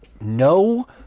no